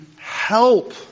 help